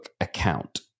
account